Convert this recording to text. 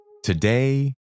Today